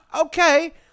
okay